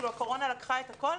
הקורונה לקחה את הכול?